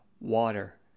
water